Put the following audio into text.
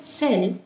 cell